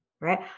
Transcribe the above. right